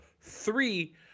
Three